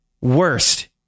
Worst